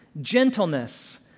gentleness